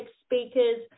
speakers